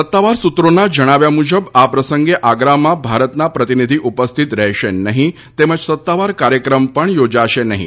સત્તાવાર સૂત્રોના જણાવ્યાં મુજબ આ પ્રસંગે આગ્રામાં ભારતના પ્રતિનિધિ ઉપસ્થિત રહેશે નહિં તેમજ સત્તાવાર કાર્યકર્મ પણ યોજાશે નહિ